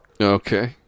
Okay